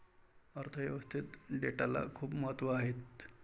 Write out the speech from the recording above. अर्थ व्यवस्थेत डेटाला खूप महत्त्व आहे